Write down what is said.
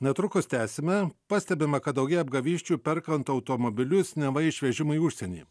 netrukus tęsime pastebima kad daugėja apgavysčių perkant automobilius neva išvežimui į užsienį